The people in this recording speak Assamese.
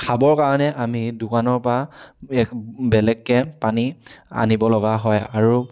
খাবৰ কাৰণে আমি দোকানৰ পৰা এক বেলেগকৈ পানী আনিব লগা হয় আৰু